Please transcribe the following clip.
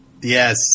Yes